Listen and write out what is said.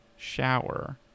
shower